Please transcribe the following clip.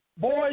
boys